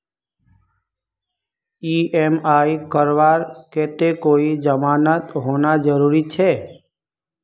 EMI करवार केते कोई जमानत होना जरूरी छे?